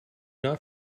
not